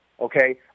okay